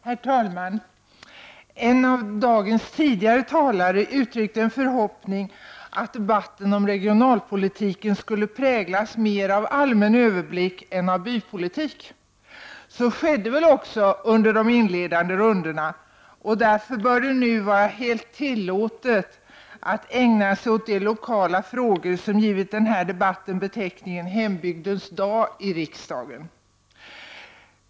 Herr talman! En av dagens tidigare talare uttryckte en förhoppning att debatten om regionalpolitiken skulle präglas mer av allmän överblick än av bypolitik. Så skedde väl också under de inledande rundorna, och därför bör det nu vara helt tillåtet att ägna sig åt de lokala frågor som givit den här debatten beteckningen ”hembygdens dag” i riksdagen.